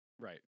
Right